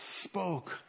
spoke